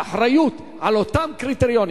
באחריות, על אותם קריטריונים.